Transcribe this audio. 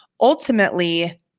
Ultimately